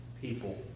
people